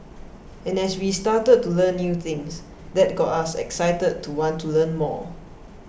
and as we started to learn new things that got us excited to want to learn more